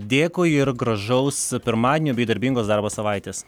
dėkui ir gražaus pirmadienio bei darbingos darbo savaitės